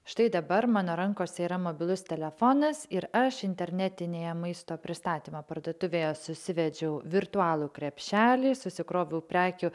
štai dabar mano rankose yra mobilus telefonas ir aš internetinėje maisto pristatymo parduotuvėje susivedžiau virtualų krepšelį susikroviau prekių